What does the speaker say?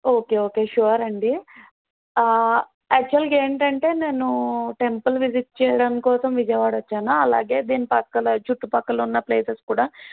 okay okay sure అండి యాక్చువల్గా ఏంటంటే నేను టెంపుల్ విజిట్ చేయడం కోసం విజయవాడ వచ్చాను అలాగే దీని పక్కల చుట్టుపక్కల ఉన్న ప్లేసెస్ కూడా